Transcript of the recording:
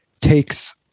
takes